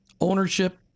Ownership